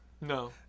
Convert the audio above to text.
No